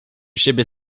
siebie